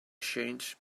changed